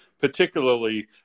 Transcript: particularly